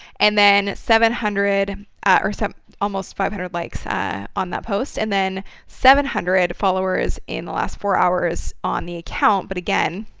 and then seven hundred or so almost five hundred likes on that post. and then seven hundred followers in the last four hours on the account. but again,